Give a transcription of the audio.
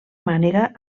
mànega